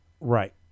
Right